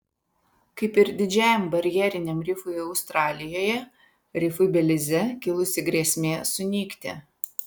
kaip ir didžiajam barjeriniam rifui australijoje rifui belize kilusi grėsmė sunykti